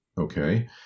okay